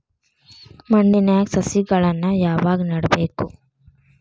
ಮಣ್ಣಿನ್ಯಾಗ್ ಸಸಿಗಳನ್ನ ಯಾವಾಗ ನೆಡಬೇಕು?